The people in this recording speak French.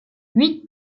huit